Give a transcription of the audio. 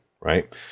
right